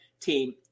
team